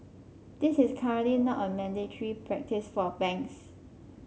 this is currently not a mandatory practice for banks